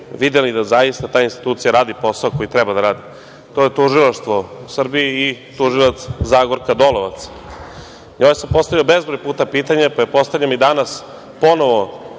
videli da zaista ta institucija radi posao koji treba da radi. To je tužilaštvo u Srbiji i tužilac Zagorka Dolovac. Njoj sam postavio bezbroj puta pitanja, pa postavljam i danas ponovo